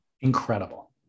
Incredible